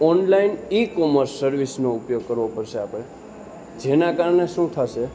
online e commerce સર્વિસનો ઉપયોગ કરવો પડશે આપણે જેના કારણે શું થશે